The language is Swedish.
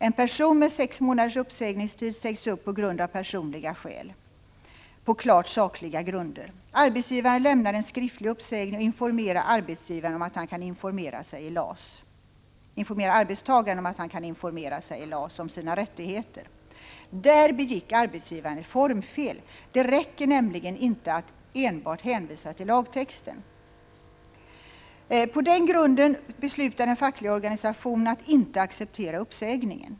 En person med sex månaders uppsägningstid sägs upp med hänvisning till personliga skäl och på klart sakliga grunder. Arbetsgivaren lämnar en skriftlig uppsägning och upplyser arbetstagaren om att denne kan informera sig i LAS om sina rättigheter. Där begick arbetsgivaren ett formfel. Det räcker nämligen inte att enbart hänvisa till lagtexten. På den grunden beslutar den fackliga organisationen att inte acceptera uppsägningen.